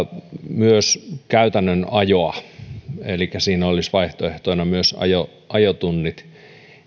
myös käytännön ajoa elikkä siinä olisi vaihtoehtona myös ajotunnit